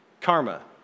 Karma